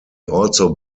also